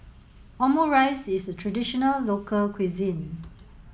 Omurice is traditional local cuisine